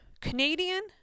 Canadian